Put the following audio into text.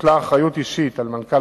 לפני כמה שבועות התקיימה ישיבה בראשות מנכ"ל